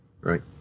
right